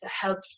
helped